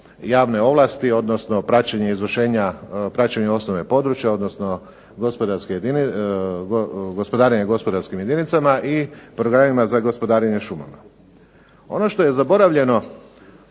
javne ovlasti, odnosno praćenje osnove područja, odnosno gospodarenja gospodarskim jedinicama i programima za gospodarenje šumama. Ono što je zaboravljeno